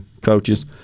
coaches